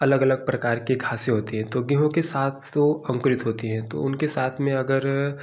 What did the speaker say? अलग अलग प्रकार की घासें होती है तो गेहूँ के साथ तो अंकुरित होती है तो उनके साथ में अगर